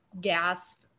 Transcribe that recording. gasp